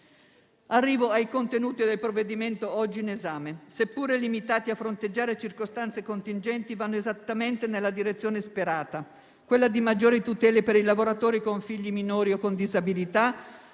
quindi ai contenuti del provvedimento oggi in esame. Seppure limitati a fronteggiare circostanze contingenti, vanno esattamente nella direzione sperata, quella di offrire maggiori tutele ai lavoratori con figli minori o con disabilità,